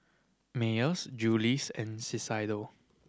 Mayers Julie's and